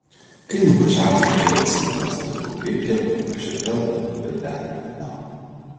kai nuvažiavome kelias mylias pilku greitkeliu aš ir vėl ėmiau gvildenti tą temą